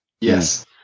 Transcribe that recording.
yes